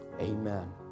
Amen